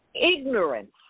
ignorance